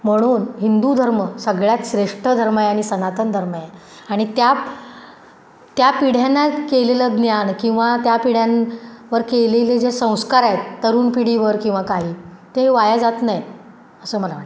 म्हणून हिंदू धर्म सगळ्यात श्रेष्ठ धर्म आहे आणि सनातन धर्म आहे आणि त्या त्या पिढ्यांना केलेलं ज्ञान किंवा त्या पिढ्यांवर केलेले जे संस्कार आहेत तरुण पिढीवर किंवा काही ते वाया जात नाहीत असं मला वाटतं